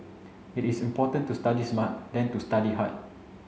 it is important to study smart than to study hard